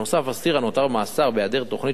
אסיר הנותר במאסר בהיעדר תוכנית שיקום,